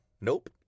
Nope